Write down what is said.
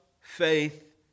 faith